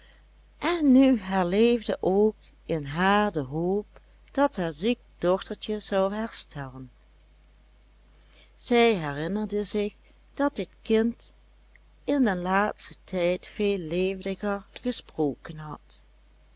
en nu herleefde ook in haar de hoop dat haar ziek dochtertje zou herstellen zij herinnerde zich dat het kind in den laatsten tijd veel levendiger gesproken had